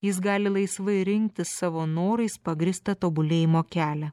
jis gali laisvai rinktis savo norais pagrįsta tobulėjimo kelią